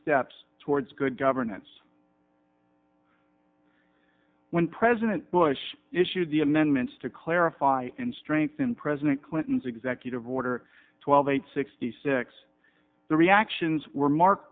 steps towards good governance when president bush issued the amendments to clarify and strengthen president clinton's executive order twelve eight sixty six the reactions were mark